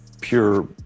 pure